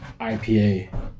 IPA